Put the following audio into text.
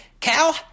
Cal